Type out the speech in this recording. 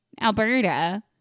Alberta